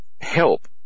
help